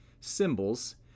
symbols